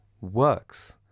works